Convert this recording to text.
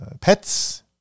pets